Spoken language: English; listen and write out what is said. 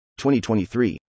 2023